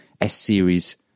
S-series